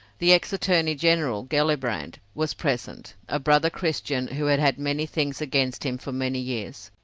the ex-attorney-general, gellibrand, was present, a brother christian who had had many things against him for many years.